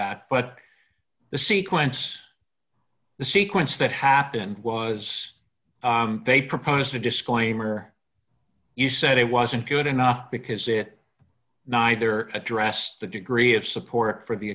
but the sequence the sequence that happened was they proposed a disclaimer you said it wasn't good enough because it neither addressed the degree of support for the